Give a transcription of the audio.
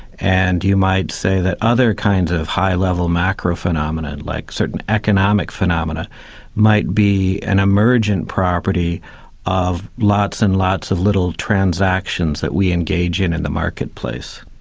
and you might say that other kinds of high-level macro-phenomenon like certain economic phenomena might be an emerging property of lots and lots of little transactions that we engage in in the marketplace.